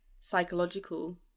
psychological